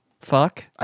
Fuck